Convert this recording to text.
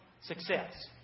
success